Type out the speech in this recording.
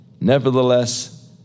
Nevertheless